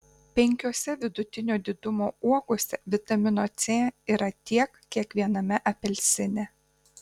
penkiose vidutinio didumo uogose vitamino c yra tiek kiek viename apelsine